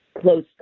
close